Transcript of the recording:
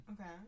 Okay